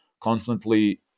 constantly